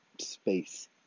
space